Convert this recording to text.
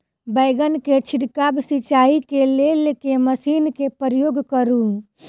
बैंगन केँ छिड़काव सिचाई केँ लेल केँ मशीन केँ प्रयोग करू?